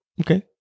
okay